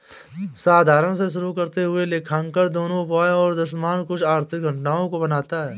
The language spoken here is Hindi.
धारणा से शुरू करते हुए लेखांकन दोनों उपायों और दृश्यमान कुछ आर्थिक घटनाओं को बनाता है